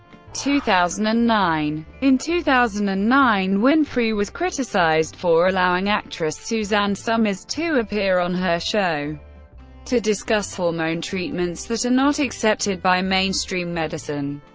two thousand and nine. in two thousand and nine, winfrey was criticized for allowing actress suzanne somers to appear on her show to discuss hormone treatments that are not accepted by mainstream medicine.